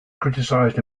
criticised